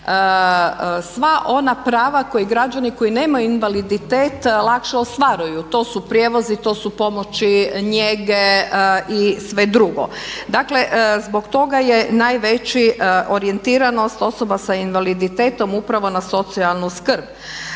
sva ona prava koje građani koji nemaju invaliditet lakše ostvaruju. To su prijevozi, to su pomoći njege i sve drugo. Dakle zbog toga je najveća orijentiranost osoba sa invaliditetom upravo na socijalnu skrb.